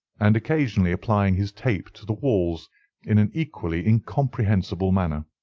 and occasionally applying his tape to the walls in an equally incomprehensible manner.